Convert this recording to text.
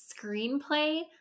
screenplay